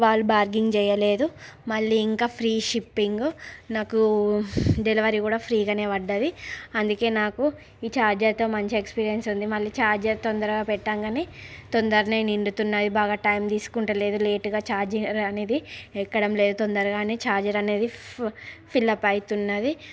వాళ్ళు బార్గైన్ చెయ్యలేదు మళ్ళీ ఇంకా ఫ్రీ షిప్పింగు నాకు డెలివరీ కూడా ఫ్రీ గానే పడింది అందుకే నాకు ఈ ఛార్జర్తో మంచి ఎక్స్పిరియన్స్ ఉంది మళ్ళి ఛార్జర్ తొందరగ పెట్టంగనే తొందర్నే నిండుతున్నది బాగ టైమ్ తీసుకుంటలేదు లేట్గా ఛార్జింగ్ అనేది ఎక్కడం లేదు తొండగారనే ఛార్జర్ అనేది ఫి ఫిల్అప్ అయితున్నది